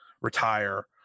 retire